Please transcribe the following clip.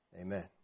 Amen